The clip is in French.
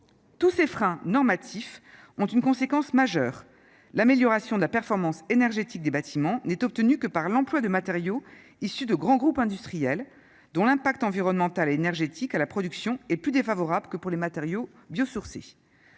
tous ces freins normatif ont une conséquence majeure : l'amélioration de la performance énergétique des bâtiments n'est obtenu que par l'emploi de matériaux issus de grands groupes industriels dont l'impact environnemental et énergétique à la production et plus défavorable que pour les matériaux biosourcés